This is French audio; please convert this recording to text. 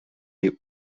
les